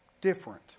different